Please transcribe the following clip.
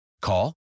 Call